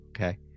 Okay